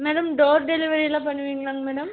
madam door டெலிவரியெலாம் பண்ணுவீங்களா madam